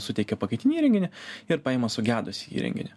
suteikia pakaitinį įrenginį ir paima sugedusį įrenginį